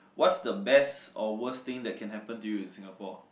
what's the best or worst thing that can happen to you in Singapore